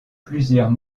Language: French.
plusieurs